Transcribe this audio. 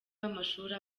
w’amashuri